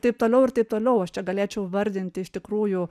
taip toliau ir taip toliau aš čia galėčiau vardinti iš tikrųjų